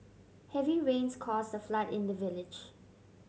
heavy rains caused the flood in the village